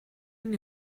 hain